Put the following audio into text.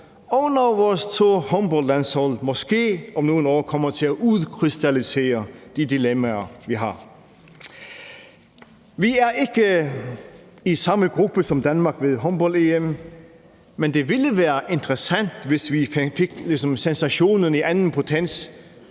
og når vores to håndboldlandshold måske om nogle år kommer til at udkrystallisere de dilemmaer, vi har. Vi er ikke i samme gruppe som Danmark ved håndbold-EM, men det ville være interessant, hvis vi fik sensationen i anden potens